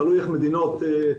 תלוי איך מדינות עושות.